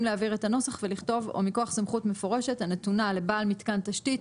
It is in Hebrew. להעביר את הנוסח ולכתוב "ומכוח סמכות מפורשת הנתונה לבעל מתקן תשתית